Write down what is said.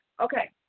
Okay